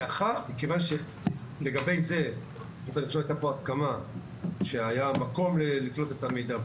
כיוון שלגבי זה הייתה כאן הסכמה שהיה מקום לקלוט את המידע,